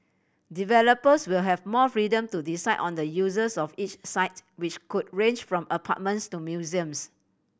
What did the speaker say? developers will have more freedom to decide on the uses of each site which could range from apartments to museums